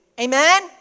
Amen